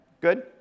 good